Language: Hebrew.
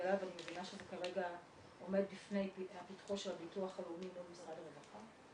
--- ואני מבינה שזה כרגע עומד בפתחו של הביטוח הלאומי ומשרד הרווחה.